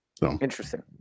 Interesting